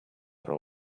are